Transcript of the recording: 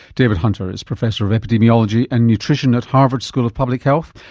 david hunter is professor of epidemiology and nutrition at harvard school of public health,